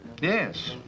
Yes